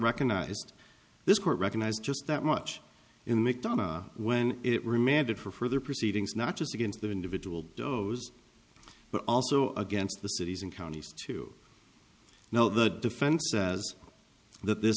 recognized this court recognized just that much in mcdonough when it remanded for further proceedings not just against the individual goes but also against the cities and counties to know the defense